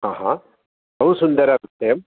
हा बहु सुन्दरं निश्चयम्